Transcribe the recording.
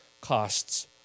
costs